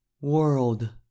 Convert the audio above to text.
world